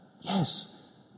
Yes